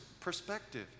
perspective